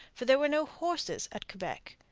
for there were no horses at quebec.